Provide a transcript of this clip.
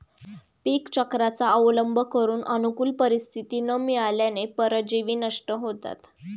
पीकचक्राचा अवलंब करून अनुकूल परिस्थिती न मिळाल्याने परजीवी नष्ट होतात